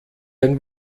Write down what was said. ein